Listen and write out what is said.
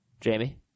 Jamie